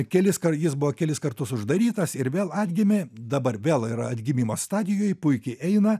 keliskart jis buvo kelis kartus uždarytas ir vėl atgimė dabar vėl yra atgimimo stadijoj puikiai eina